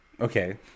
Okay